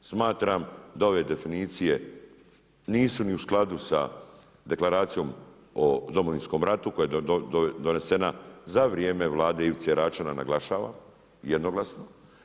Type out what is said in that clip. Smatram da ove definicije nisu ni u skladu sa Deklaracijom o Domovinskom ratu koja je donesena za vrijeme Vlade Ivice Račana naglašavam jednoglasno.